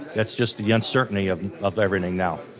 that's just the uncertainty of of everything now.